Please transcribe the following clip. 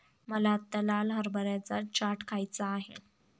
मला आत्ता लाल हरभऱ्याचा चाट खायचा आहे